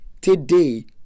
today